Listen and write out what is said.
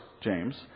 James